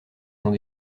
sont